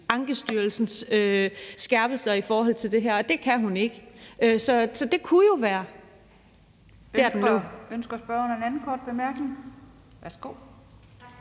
Ankestyrelsens skærpelser i forhold til det her, og det kan hun ikke. Så det kunne jo være der, den lå. Kl. 10:20 Den fg.